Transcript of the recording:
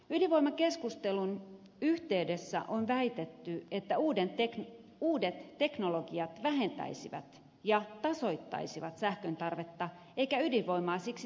ydinvoimakeskustelun yhteydessä on väitetty että uudet teknologiat vähentäisivät ja tasoittaisivat sähkön tarvetta eikä ydinvoimaa siksi tarvittaisi